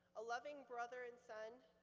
a loving brother and son,